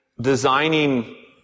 designing